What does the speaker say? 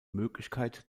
möglichkeit